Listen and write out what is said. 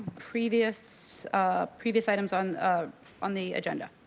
previous ah previous items on ah on the agenda.